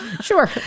Sure